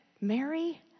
Mary